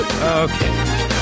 Okay